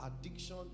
Addiction